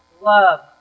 love